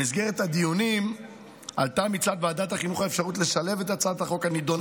במסגרת הדיונים עלתה מצד ועדת החינוך האפשרות לשלב את הצעת החוק הנדונה,